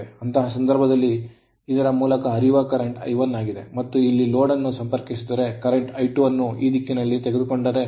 ಅಂತಹ ಸಂದರ್ಭದಲ್ಲಿ ಇದರ ಮೂಲಕ ಹರಿಯುವ current ಪ್ರವಾಹವು I1 ಆಗಿದೆ ಮತ್ತು ಇಲ್ಲಿ ಲೋಡ್ ಅನ್ನು ಸಂಪರ್ಕಿಸಿದರೆ ಮತ್ತು ಪ್ರಸ್ತುತ I2 ಅನ್ನು ಈ ದಿಕ್ಕಿನಲ್ಲಿ ತೆಗೆದುಕೊಂಡರೆ